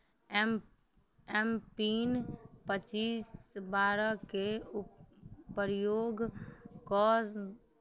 M MPIN पचीस बारहके उपयोग कऽ